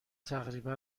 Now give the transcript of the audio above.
تقریبا